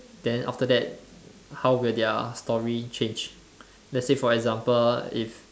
then after that how will their story change let's say for example if